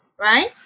right